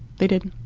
they did.